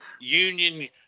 union